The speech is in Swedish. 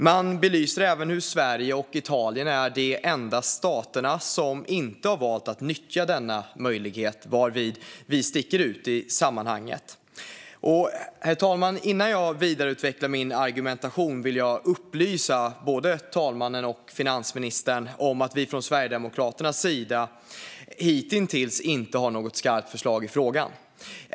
Man belyser även hur Sverige och Italien är de enda staterna som inte valt att nyttja denna möjlighet, varvid vi sticker ut i sammanhanget. Herr talman! Innan jag vidareutvecklar min argumentation vill jag upplysa både talmannen och finansministern om att vi från Sverigedemokraternas sida hitintills inte har något skarpt förslag i frågan.